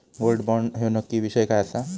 Gold bond ह्यो नक्की विषय काय आसा?